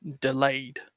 delayed